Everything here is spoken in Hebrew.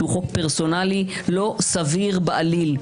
שהוא חוק פרסונלי לא סביר בעליל.